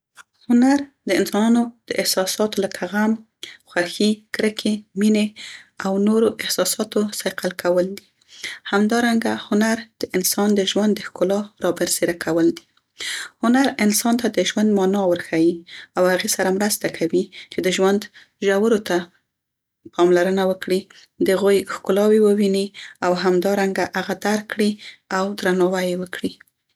هنر د انسانانو د احساساتو لکه غم، خوښي، کرکې، مینې او نورو احساساتو صیقل کول دي. همدارنګه هنر د انسان د ژوند د ښکلا رابرسیره کول دي. هنر انسان ته د ژوند معنا ورښيي او هغې سره مرسته کوي چې د ژوند ژورو ته پاملرنه وکړي، د هغوی ښکلاوې وویني او همدارنګه هغه درک کړي او درناوی یې وکړي.